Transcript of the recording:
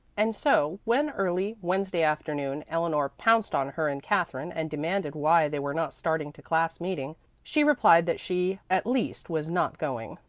and so when early wednesday afternoon eleanor pounced on her and katherine and demanded why they were not starting to class-meeting, she replied that she at least was not going.